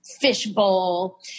fishbowl